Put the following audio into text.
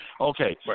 Okay